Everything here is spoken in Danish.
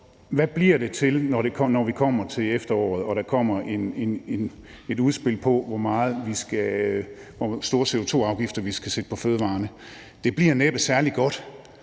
hvad bliver det til, når vi kommer til efteråret og der kommer et udspil til, hvor store CO2-afgifter vi skal sætte på fødevarerne? Det bliver næppe særlig godt,